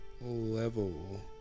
Level